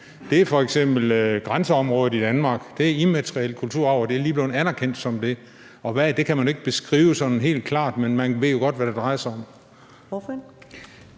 Det er f.eks. grænseområdet i Danmark. Det er immateriel kulturarv, og det er lige blevet anerkendt som det. Og det kan man ikke beskrive sådan helt klart, men man ved jo godt, hvad det drejer sig om. Kl.